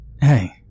Hey